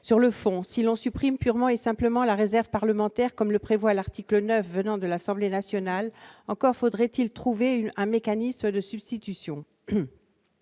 Sur le fond, si l'on supprime purement et simplement la réserve parlementaire comme le prévoit l'article 9 tel qu'il résulte des travaux de l'Assemblée nationale, encore faudrait-il trouver un mécanisme de substitution.